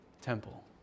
temple